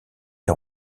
les